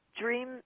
dream